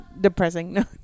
depressing